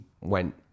went